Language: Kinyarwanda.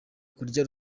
kurya